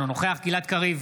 אינו נוכח גלעד קריב,